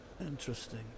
Interesting